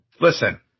Listen